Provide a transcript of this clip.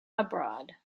abroad